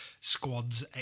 squads